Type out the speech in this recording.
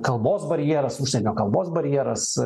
kalbos barjeras užsienio kalbos barjeras